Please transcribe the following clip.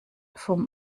vom